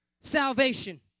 salvation